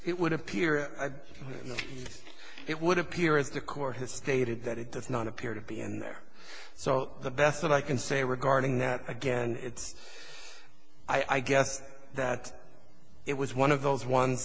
it would appear it would appear as the court has stated that it does not appear to be in there so the best that i can say regarding that again it's i guess that it was one of those ones